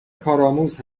کارآموز